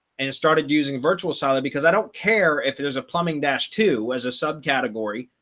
and it started using virtual solid because i don't care if there's a plumbing dash to as a subcategory.